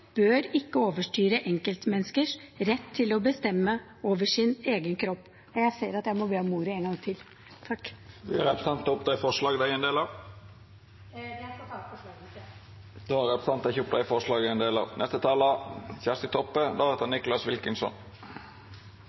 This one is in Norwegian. bør ikke overstyre enkeltmenneskers rett til å bestemme over sin egen kropp. Jeg ser at jeg må be om ordet en gang til. Vil representanten ta opp forslag? Jeg vil ta opp forslaget fra Fremskrittspartiet. Representanten Kari Kjønaas Kjos har teke opp det forslaget